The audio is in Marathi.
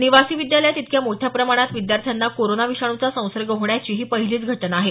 निवासी विद्यालयात इतक्या मोठ्या प्रमाणात विद्यार्थ्यांना कोरोना विषाणूचा संसर्ग होण्याची ही पहिलीच घटना आहे